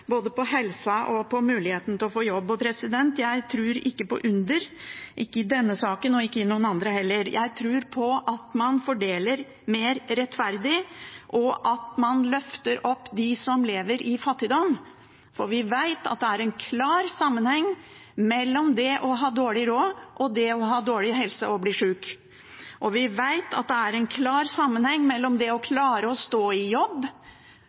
både på helsa og på muligheten til å få jobb. Jeg tror ikke på under – ikke i denne saken, og ikke i noen andre heller. Jeg tror på at man fordeler mer rettferdig, og at man løfter opp dem som lever i fattigdom, for vi vet at det er en klar sammenheng mellom det å ha dårlig råd og det å ha dårlig helse og bli sjuk. Og vi vet at det er en klar sammenheng mellom det å klare å stå i jobb